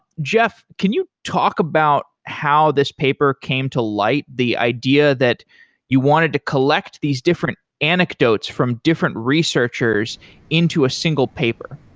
jeff, can you talk about how this paper came to light, the idea that you wanted to collect these different anecdotes from different researchers into a single paper?